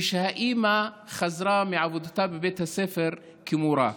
כשהאימא חזרה מעבודתה בבית הספר כמורה.